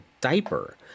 diaper